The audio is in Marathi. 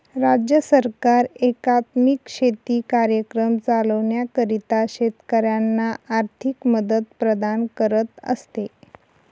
राज्य सरकार एकात्मिक शेती कार्यक्रम चालविण्याकरिता शेतकऱ्यांना आर्थिक मदत प्रदान करत असते